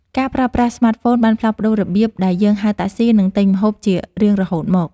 ការប្រើប្រាស់ស្មាតហ្វូនបានផ្លាស់ប្តូររបៀបដែលយើងហៅតាក់ស៊ី និងទិញម្ហូបជារៀងរហូតមក។